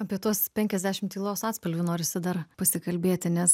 apie tuos penkiasdešimt tylos atspalvių norisi dar pasikalbėti nes